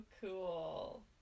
cool